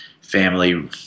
family